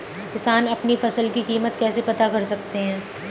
किसान अपनी फसल की कीमत कैसे पता कर सकते हैं?